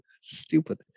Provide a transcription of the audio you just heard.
stupid